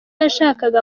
yashakaga